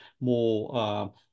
more